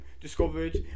discovered